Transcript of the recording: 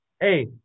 Hey